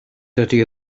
dydy